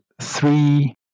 three